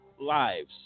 lives